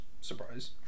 Surprise